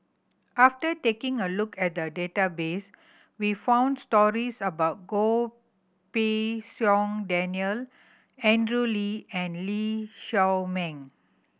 after taking a look at the database we found stories about Goh Pei Siong Daniel Andrew Lee and Lee Shao Meng